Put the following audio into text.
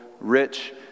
rich